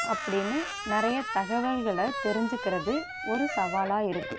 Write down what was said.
அப்படின்னு நிறைய தகவல்களை தெரிஞ்சுகிறது ஒரு சவாலாக இருக்குது